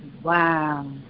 Wow